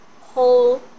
whole